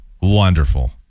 Wonderful